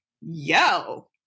yo